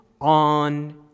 on